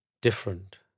different